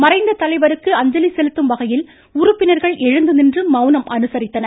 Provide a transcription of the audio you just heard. மறைந்த தலைவருக்கு அஞ்சலி செலுத்தும் வகையில் உறுப்பினர்கள் எழுந்துநின்று மௌனம் அனுசரித்தனர்